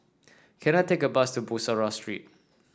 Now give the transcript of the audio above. can I take a bus to Bussorah Street